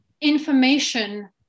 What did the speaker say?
information